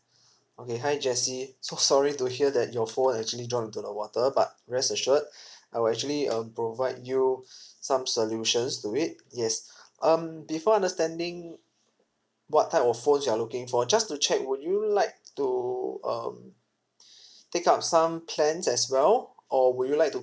okay hi jessie so sorry to hear that your phone actually dropped into the water but rest assured I will actually um provide you some solutions to it yes um before understanding what type of phones you're looking for just to check would you like to um take up some plans as well or would you like to